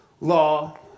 law